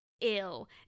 ill